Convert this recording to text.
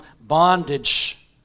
bondage